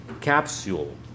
capsule